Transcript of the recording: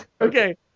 Okay